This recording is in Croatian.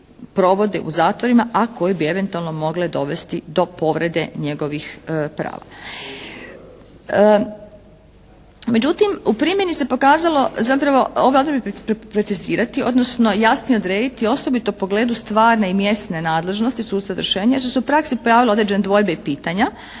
u zatvorima a koje bi eventualno mogle dovesti do povrede njegovih prava. Međutim, u primjeni se pokazalo zapravo, ovdje valja precizirati odnosno jasnije odrediti osobito u pogledu stvarne i mjesne nadležnosti suca izvršenja, jer su se u praksi pojavile određene dvojbe i pitanja,